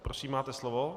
Prosím, máte slovo.